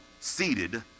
seated